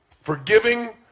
Forgiving